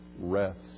rest